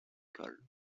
coll